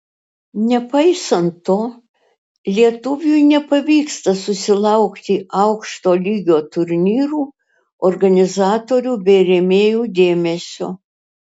nepaisant to lietuviui nepavyksta susilaukti aukšto lygio turnyrų organizatorių bei rėmėjų dėmesio